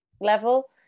level